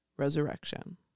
resurrection